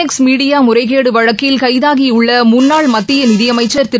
X media முறைகேடு வழக்கில் கைதாகியுள்ள முன்னாள் மத்திய நிதி அமைச்சர் திரு